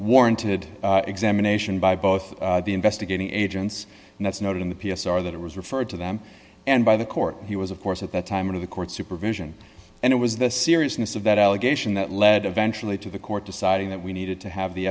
warranted examination by both the investigating agents and that's noted in the p s r that it was referred to them and by the court he was of course at the time of the court supervision and it was the seriousness of that allegation that led eventually to the court deciding that we needed to have the